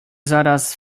zaraz